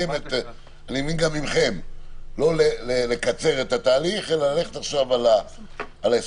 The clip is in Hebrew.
החלטה, לא לקצר את התהליך אלא ללכת על ה-22,